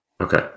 Okay